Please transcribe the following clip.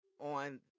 on